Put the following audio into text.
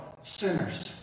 sinners